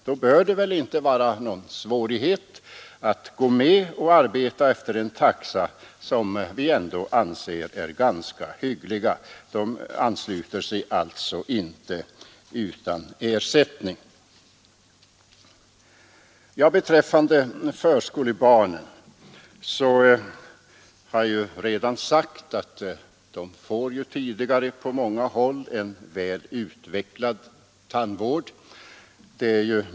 Då bör det väl inte vara någon svårighet att gå med och arbeta efter en taxa som vi ändå anser är ganska hygglig. Tandläkarna ansluter sig alltså inte utan ersättning. Beträffande förskolebarnen har jag redan sagt att de får redan på många håll en väl utvecklad tandvård.